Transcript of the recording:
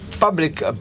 public